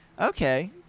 Okay